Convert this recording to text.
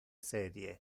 serie